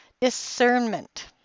discernment